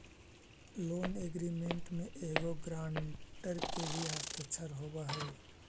loan agreement में एगो guarantor के भी हस्ताक्षर होवऽ हई